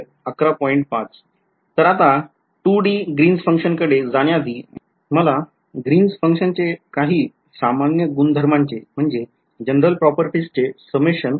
तर आता 2 D Green's function कडे जाण्याआधी मला ग्रीन्स function चे काही सामान्य गुणधर्मांचे सारांश करायचे आहे